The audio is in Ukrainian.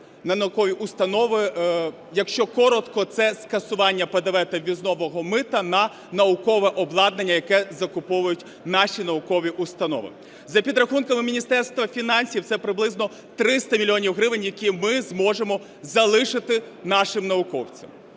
на наукові установи. Якщо коротко, це скасування ПДВ та ввізного мита на наукове обладнання, яке закуповують наші наукові установи. За підрахунками Міністерства фінансів це приблизно 300 мільйонів гривень, які ми зможемо залишити нашим науковцям.